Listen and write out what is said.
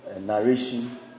narration